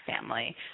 family